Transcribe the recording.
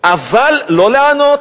אבל לא לענות.